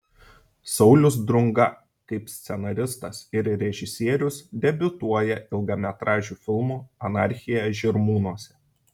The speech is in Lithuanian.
saulius drunga kaip scenaristas ir režisierius debiutuoja ilgametražiu filmu anarchija žirmūnuose